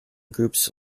groups